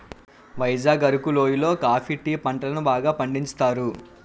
వైజాగ్ అరకు లోయి లో coffee tea పంటలను బాగా పండించుతారు